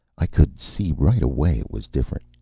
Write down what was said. i could see right away it was different.